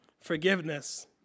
Forgiveness